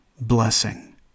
blessing